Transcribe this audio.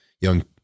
young